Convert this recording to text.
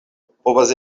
povas